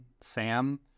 SAM